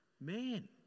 Man